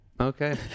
Okay